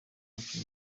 bacu